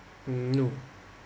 no